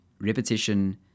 Repetition